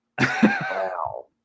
Wow